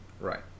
Right